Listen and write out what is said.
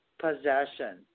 possession